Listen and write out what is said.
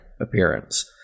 appearance